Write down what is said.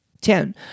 Ten